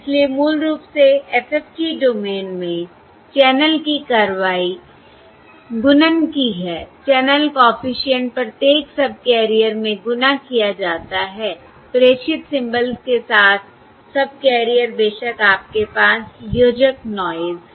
इसलिए मूल रूप से FFT डोमेन में चैनल की कार्रवाई गुणन की है चैनल कॉफिशिएंट प्रत्येक सबकैरियर में गुणा किया जाता है प्रेषित सिंबल्स के साथ सबकैरियर बेशक आपके पास योजक नॉयस है